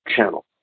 channel